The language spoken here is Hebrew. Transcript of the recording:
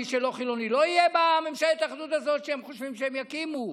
מי שלא חילוני לא יהיה בממשלת האחדות הזאת שהם חושבים שהם יקימו?